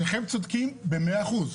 שניכם צודקים במאה אחוז.